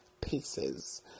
pieces